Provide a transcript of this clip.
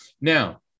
Now